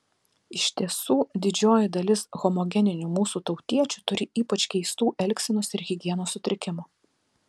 iš tiesų didžioji dalis homogeninių mūsų tautiečių turi ypač keistų elgsenos ir higienos sutrikimų